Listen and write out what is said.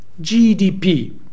GDP